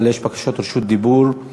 אבל יש בקשות רשות דיבור.